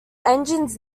engines